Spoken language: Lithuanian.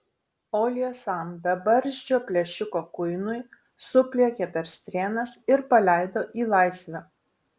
o liesam bebarzdžio plėšiko kuinui supliekė per strėnas ir paleido į laisvę